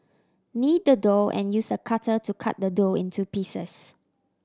knead the dough and use a cutter to cut the dough into pieces